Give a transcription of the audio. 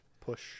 push